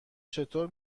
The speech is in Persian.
چطور